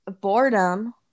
boredom